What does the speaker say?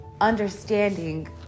understanding